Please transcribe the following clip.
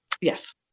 Yes